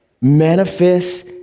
Manifest